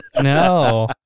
no